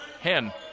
Hen